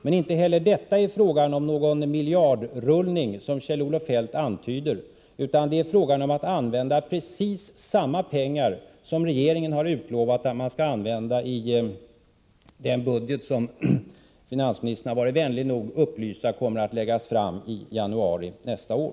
Men inte heller i detta fall är det fråga om någon miljardrullning, som Kjell-Olof Feldt antyder, utan det är fråga om att använda precis samma pengar som regeringen har utlovat skall användas i den budget som enligt vad finansministern har varit vänlig nog att upplysa kommer att läggas fram i januari nästa år.